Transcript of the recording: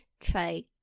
try